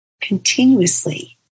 continuously